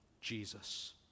Jesus